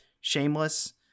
shameless